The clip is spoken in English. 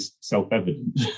self-evident